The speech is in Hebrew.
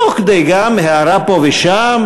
תוך כדי גם הערה פה ושם,